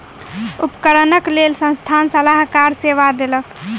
उपकरणक लेल संस्थान सलाहकार सेवा देलक